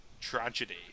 tragedy